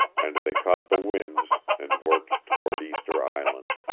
and they caught the winds, and worked toward easter island.